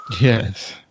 Yes